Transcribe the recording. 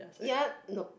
ya nope